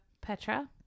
Petra